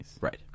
Right